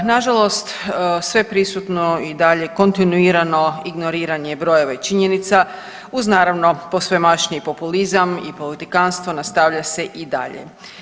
Nažalost, sveprisutno i dalje kontinuirano ignoriranje brojeva i činjenica uz naravno posvemašniji populizam i politikanstvo nastavlja se i dalje.